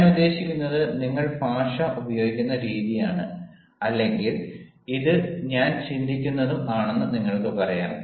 ഞാൻ ഉദ്ദേശിക്കുന്നത് നിങ്ങൾ ഭാഷ ഉപയോഗിക്കുന്ന രീതിയാണ് അല്ലെങ്കിൽ ഇത് ഞാൻ ചിന്തിക്കുന്നതും ആണെന്ന് നിങ്ങൾക്ക് പറയാം